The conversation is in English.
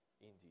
indeed